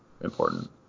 important